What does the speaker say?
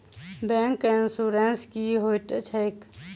Bank insurance की होइत छैक?